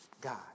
God